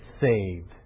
saved